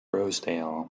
rosedale